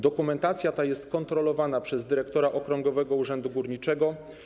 Dokumentacja ta jest kontrolowana przez dyrektora okręgowego urzędu górniczego.